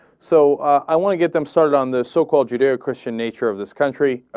so i want to get them started on this so called judeo-christian nature of this country.